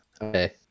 okay